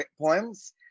poems